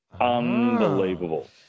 unbelievable